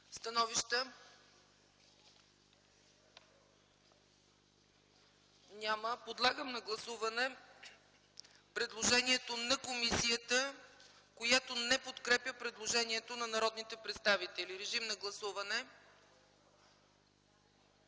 Становища? Няма. Подлагам на гласуване предложението на комисията, която не подкрепя предложението на народните представители. Гласували